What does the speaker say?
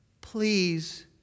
please